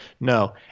No